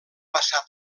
passat